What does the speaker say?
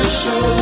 show